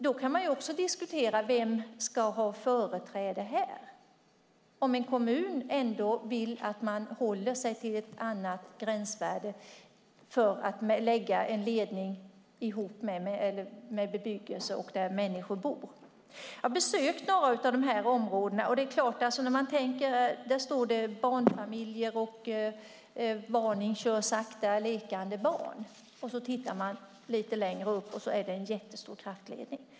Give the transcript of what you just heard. Då kan man också diskutera vem som ska ha företräde här, om en kommun vill hålla sig till ett annat gränsvärde för att lägga en ledning vid bebyggelse där människor bor. Jag har besökt några av områdena. Där finns barnfamiljer och skyltar där det står: Varning. Kör sakta. Lekande barn. Tittar jag upp ser jag en stor kraftledning.